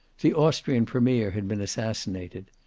the austrian premier had been assassinated.